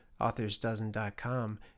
authorsdozen.com